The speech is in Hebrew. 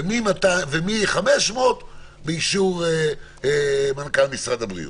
ומ-500 באישור מנכ"ל משרד הבריאות.